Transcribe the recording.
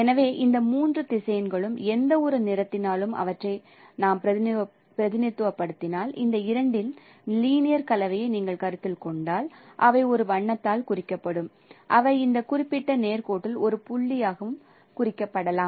எனவே இந்த மூன்று திசையன்களாலும் எந்தவொரு நிறத்தினாலும் அவற்றை நாங்கள் பிரதிநிதித்துவப்படுத்தினால் இந்த இரண்டின் லீனியர் கலவையை நீங்கள் கருத்தில் கொண்டால் அவை ஒரு வண்ணத்தால் குறிக்கப்படும் அவை இந்த குறிப்பிட்ட நேர் கோட்டில் ஒரு புள்ளியாகவும் குறிப்பிடப்படலாம்